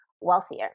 wealthier